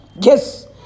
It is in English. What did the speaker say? Yes